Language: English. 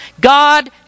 God